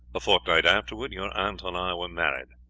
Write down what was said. a fortnight afterwards your aunt and i were married.